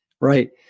Right